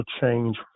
change